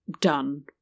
done